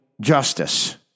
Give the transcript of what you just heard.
justice